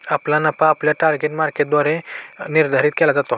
आपला नफा आपल्या टार्गेट मार्केटद्वारे निर्धारित केला जातो